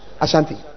Ashanti